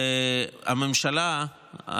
הממשלה,